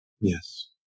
yes